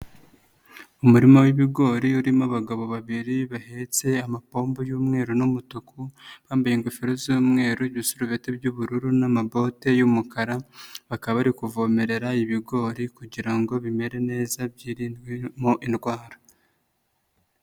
Umurima w'ibigori urimo abagabo babiri bahetse amapombo y'umweru n'umutuku, bambaye ingofero z'umweru, ibisurubeti by'ubururu n'amabote y'umukara, bakaba bari kuvomerera ibigori kugira ngo bimere neza byirindwemo indwara.